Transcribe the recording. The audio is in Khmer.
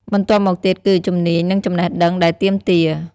បន្ទាប់មកទៀតគឺ ជំនាញ និងចំណេះដឹង ដែលទាមទារ។